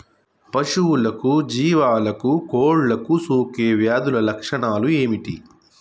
పశువులకు జీవాలకు కోళ్ళకు సోకే వ్యాధుల లక్షణాలు ఏమిటి?